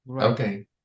Okay